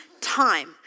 time